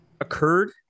occurred